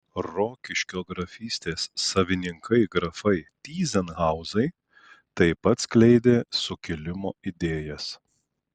rokiškio grafystės savininkai grafai tyzenhauzai taip pat skleidė sukilimo idėjas